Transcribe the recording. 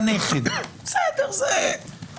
התקנה הזאת טיפה מורכבת.